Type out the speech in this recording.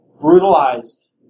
brutalized